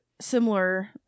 similar